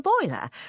boiler